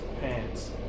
pants